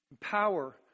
Power